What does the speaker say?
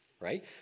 right